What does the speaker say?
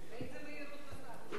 באיזו מהירות נסעת?